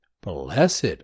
Blessed